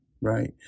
right